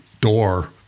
door